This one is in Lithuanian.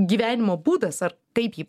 gyvenimo būdas ar kaip jį